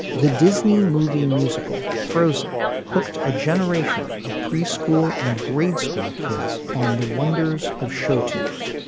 the disney movie musical frozen hooked a generation of pre-school and grade school kids on the wonders of show tunes.